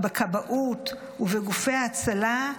בכבאות ובגופי ההצלה,